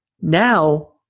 Now